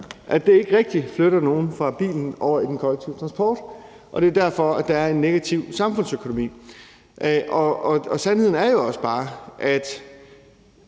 at det ikke rigtig flytter nogen fra bilen og over i den kollektive transport, og det er derfor, at der er en negativ samfundsøkonomi. Sandheden er jo også bare, at